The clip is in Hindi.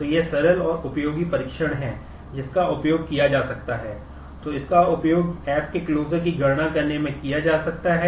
तो यह सरल और उपयोगी परीक्षण है जिसका उपयोग किया जा सकता है